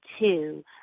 Two